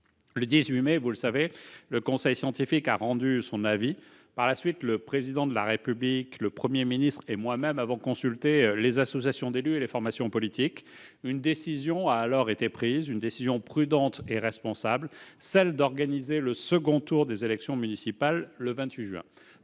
Le 18 mai- vous le savez -, le conseil scientifique a rendu son avis. Le Président de la République, le Premier ministre et moi-même avons ensuite consulté les associations d'élus et les formations politiques. Une décision a alors été prise- une décision prudente et responsable -: celle d'organiser le second tour des élections municipales le 28 juin.